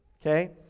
Okay